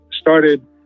started